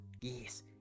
Yes